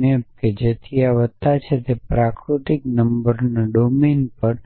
map જેથી આ વત્તા છે અને પ્રાકૃતિક નંબરોના ડોમેન પર